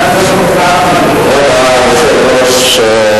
כבוד היושב-ראש,